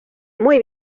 muy